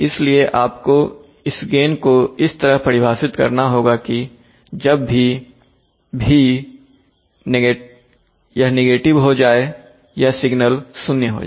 इसलिए आपको इस गेन को इस तरह परिभाषित करना होगा कि जब भी v यह नेगेटिव हो जाए यह सिग्नल 0 हो जाए